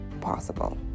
possible